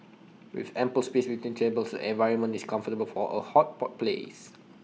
with ample space between tables the environment is comfortable for A hot pot place